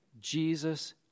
Jesus